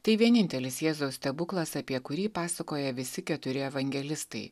tai vienintelis jėzaus stebuklas apie kurį pasakoja visi keturi evangelistai